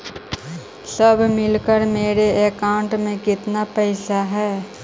सब मिलकर मेरे अकाउंट में केतना पैसा है?